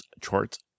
charts